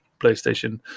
PlayStation